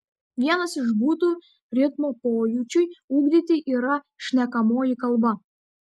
vienas iš būdų ritmo pojūčiui ugdyti yra šnekamoji kalba